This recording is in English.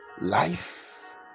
life